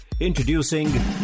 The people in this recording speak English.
Introducing